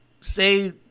say